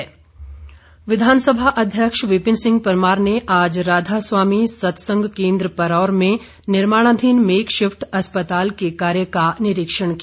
विपिन परमार विधानसभा अध्यक्ष विपिन सिंह परमार ने आज राधा स्वामी सत्संग केंद्र परौर में निर्माणधीन मेक शिफ्ट अस्पताल के कार्य का निरीक्षण किया